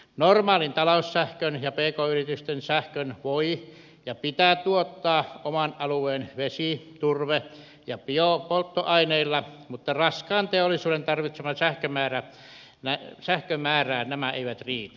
normaalin taloussähkön ja pk yritysten sähkön voi ja se pitää tuottaa oman alueen vesivoimalla turve ja biopolttoaineilla mutta raskaan teollisuuden tarvitseman sähkön määrään nämä eivät riitä